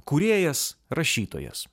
kūrėjas rašytojas